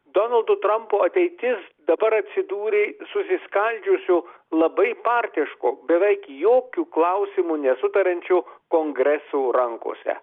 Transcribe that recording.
donaldo trampo ateitis dabar atsidūrė susiskaldžiusių labai partiško beveik jokių klausimų nesutariančių kongresų rankose